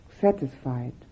satisfied